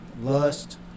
lust